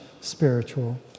spiritual